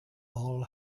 all